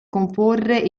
comporre